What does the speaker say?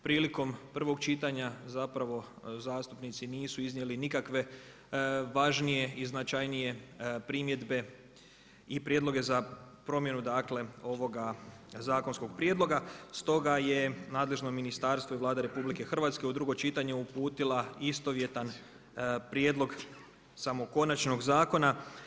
Prilikom prvog čitanja zapravo zastupnici nisu iznijeli nikakve važnije i značajnije primjedbe i prijedloge za promjenu dakle, ovoga zakonskog prijedloga stoga je nadležno ministarstvo i Vlada RH u drugo čitanje uputila istovjetan prijedlog samog konačnog zakona.